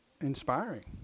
inspiring